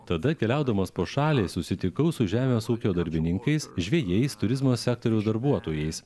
tada keliaudamas po šalį susitikau su žemės ūkio darbininkais žvejais turizmo sektoriaus darbuotojais